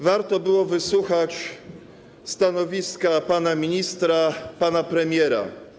Warto było wysłuchać stanowiska pana ministra, pana premiera.